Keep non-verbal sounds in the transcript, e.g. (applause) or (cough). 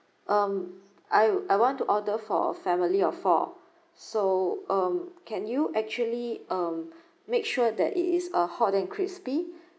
um I I want to order for a family of four so um can you actually um (breath) make sure that it is a hot and crispy